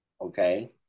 okay